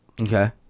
okay